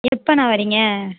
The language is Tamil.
எப்போண்ணா வரீங்க